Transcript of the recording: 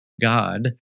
God